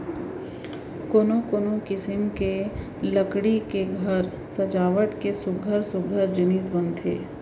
कोनो कोनो किसम के लकड़ी ले घर सजावट के सुग्घर सुग्घर जिनिस बनथे